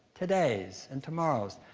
today's and tomorrow's.